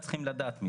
אפשר לקבל נתונים?